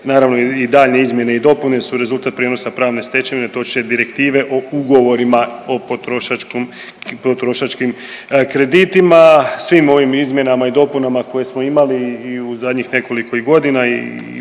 naravno i daljnje izmjene su rezultat prijenosa pravne stečevine, točnije direktive o ugovorima o potrošačkim kreditima. Svim ovim izmjenama i dopunama koje smo imali i u zadnjih nekoliko i godina i